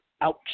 ouch